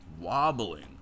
wobbling